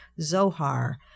Zohar